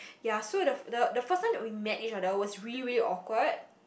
ya so the first the the first one that we met each other was really really awkward